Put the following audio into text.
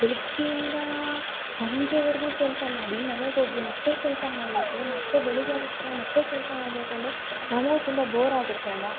ಬೆಳಿಗ್ಗೆಯಿಂದ ಸಂಜೆವರೆಗೂ ಕೆಲಸ ಮಾಡಿ ಮನೆಗೆ ಹೋಗಿ ಮತ್ತೆ ಕೆಲಸ ಮಾಡಬೇಕು ಮತ್ತೆ ಬೆಳಿಗ್ಗೆ ಎದ್ದ ತಕ್ಷಣ ಮತ್ತೆ ಕೆಲಸ ಮಾಡಬೇಕು ಅಂದರೆ ನಮಗೂ ತುಂಬ ಬೋರ್ ಆಗುತ್ತೆ ಅಲ್ಲ